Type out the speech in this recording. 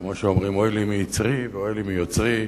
כמו שאומרים: אוי לי מיצרי ואוי לי מיוצרי.